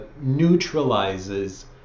neutralizes